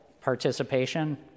participation